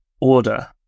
order